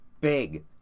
big